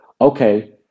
okay